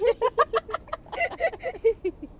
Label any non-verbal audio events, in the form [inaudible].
[laughs]